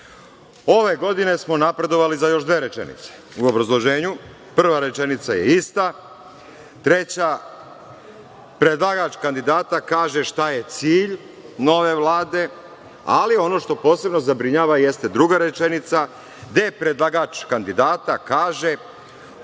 godine smo napredovali za još dve rečenice. U obrazloženju prva rečenica je ista, treća – predlagač kandidata kaže šta je cilj nove Vlade, ali ono što posebno zabrinjava jeste druga rečenica, gde predlagač kandidata kaže